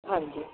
ਹਾਂਜੀ